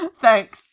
Thanks